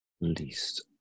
Least